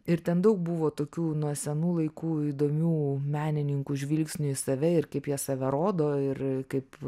ir ten daug buvo tokių nuo senų laikų įdomių menininkų žvilgsnių į save ir kaip jie save rodo ir kaip